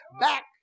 back